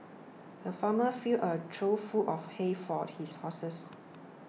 the farmer filled a trough full of hay for his horses